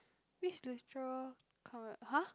which literal !huh!